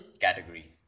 category